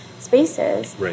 spaces